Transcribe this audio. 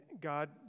God